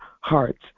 hearts